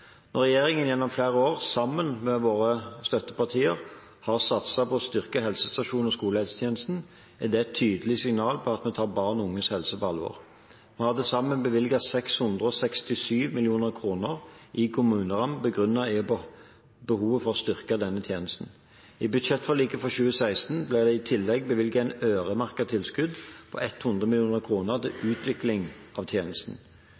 Når regjeringen gjennom flere år, sammen med sine støttepartier, har satset på å styrke helsestasjons- og skolehelsetjenesten, er det et tydelig signal om at vi tar barn og unges helse på alvor. Vi har til sammen bevilget 667 mill. kr i kommunerammen begrunnet i behovet for å styrke denne tjenesten. I budsjettforliket for 2016 ble det i tillegg bevilget et øremerket tilskudd på 100 mill. kr. til utvikling av tjenesten.